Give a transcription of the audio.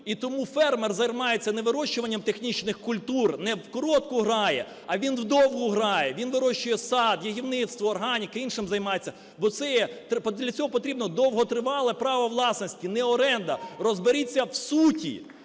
І тому фермер займається не вирощуванням технічних культур, не в коротку грає, а він в довгу грає: він вирощує сад, ягідництво, органіка, іншим займається. Бо для цього потрібно довготривале право власності, не оренда. Розберіться в суті,